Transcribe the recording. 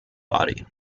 body